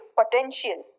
potential